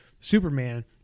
Superman